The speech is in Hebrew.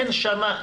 אין שנה.